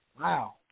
Wow